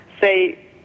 say